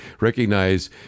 recognize